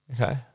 Okay